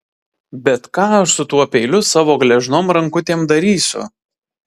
bet ką aš su tuo peiliu savo gležnom rankutėm darysiu